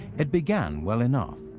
it began well enough,